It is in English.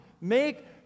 make